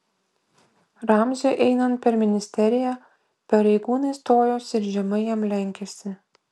ramziui einant per ministeriją pareigūnai stojosi ir žemai jam lenkėsi